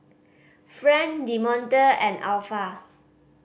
Friend Demonte and Alpha